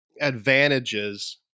advantages